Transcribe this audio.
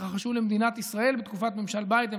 שהתרחשו למדינת ישראל בתקופת ממשל ביידן,